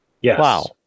Yes